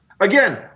Again